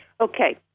Okay